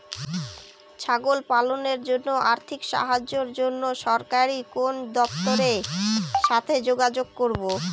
ছাগল পালনের জন্য আর্থিক সাহায্যের জন্য সরকারি কোন দপ্তরের সাথে যোগাযোগ করব?